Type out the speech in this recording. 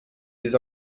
des